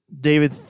David